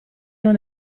non